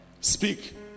Speak